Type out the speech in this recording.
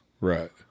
Right